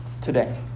today